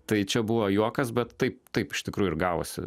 tai čia buvo juokas bet taip taip iš tikrųjų ir gavosi